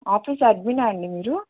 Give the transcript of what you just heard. office అడ్మినా అండి మీరు